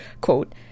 quote